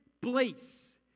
place